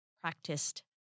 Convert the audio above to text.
practiced